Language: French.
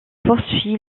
poursuit